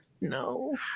No